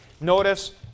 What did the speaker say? Notice